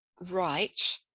right